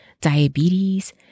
diabetes